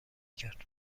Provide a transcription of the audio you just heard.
کرد